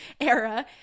era